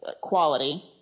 quality